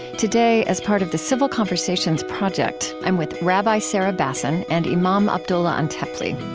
today, as part of the civil conversations project, i'm with rabbi sarah bassin and imam abdullah antepli.